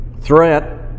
threat